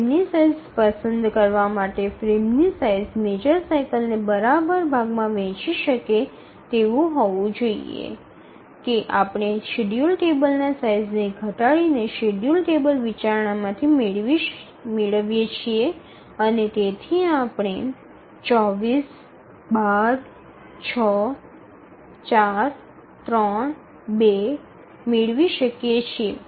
ફ્રેમની સાઇઝ પસંદ કરવા માટે ફ્રેમની સાઇઝ મેજર સાઇકલને બરાબર ભાગમાં વહેચવું જોઈએ કે આપણે શેડ્યૂલ ટેબલના સાઇઝને ઘટાડીને શેડ્યૂલ ટેબલ વિચારણામાંથી મેળવીએ છીએ અને તેથી આપણે ૨૪ ૧૨ ૬ ૪ ૩ ૨ મેળવી શકીએ છીએ